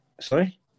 Sorry